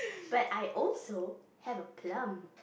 but I also have a plum